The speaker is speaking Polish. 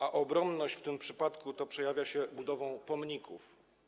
A obronność w tym przypadku przejawia się w budowie pomników.